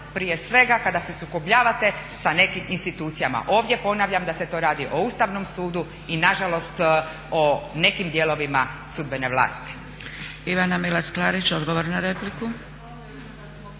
prije svega kada se sukobljavate sa nekim institucijama. Ovdje ponavljam da se to radi o Ustavnom sudu i na žalost o nekim dijelovima sudbene vlasti.